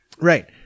Right